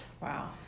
Wow